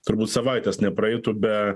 turbūt savaitės nepraeitų be